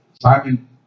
Simon